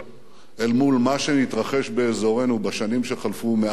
אל מול מה שנתרחש באזורנו בשנים שחלפו מאז הרצח.